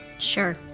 Sure